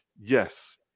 yes